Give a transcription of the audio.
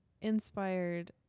inspired